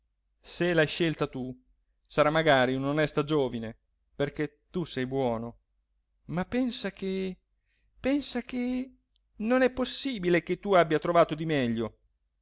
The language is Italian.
se l'hai scelta tu sarà magari un'onesta giovine perché tu sei buono ma pensa che pensa che non è possibile che tu abbia trovato di meglio